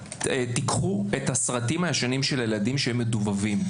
קחו את הסרטים הישנים של הילדים שמדובבים.